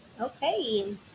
Okay